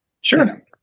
Sure